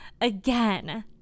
Again